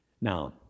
Now